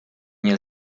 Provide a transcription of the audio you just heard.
nie